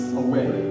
away